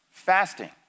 fasting